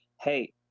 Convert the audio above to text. hey